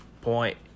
point